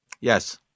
Yes